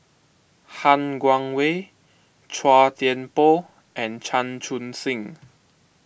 Han Guangwei Chua Thian Poh and Chan Chun Sing